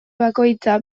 bakoitza